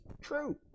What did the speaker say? True